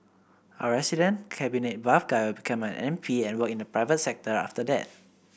our resident cabinet buff guy will become an M P and work in the private sector after that